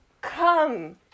come